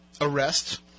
arrest